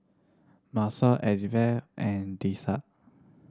Manson Elizbeth and Tisha